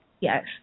Yes